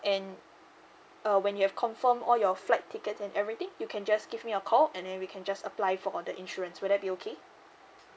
and uh when you have confirmed all your flight tickets and everything you can just give me a call and then we can just apply for the insurance would that be okay